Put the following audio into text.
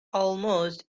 almost